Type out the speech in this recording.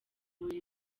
buri